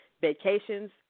Vacations